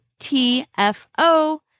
TFO